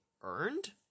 earned